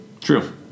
True